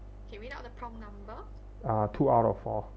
uh two out of four